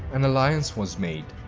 an alliance was made.